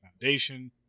foundation